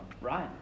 Right